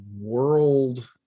world